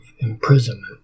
imprisonment